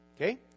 Okay